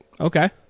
Okay